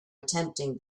attempting